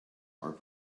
are